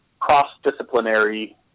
cross-disciplinary